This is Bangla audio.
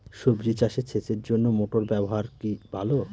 সবজি চাষে সেচের জন্য মোটর ব্যবহার কি ভালো?